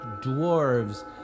dwarves